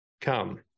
come